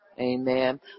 Amen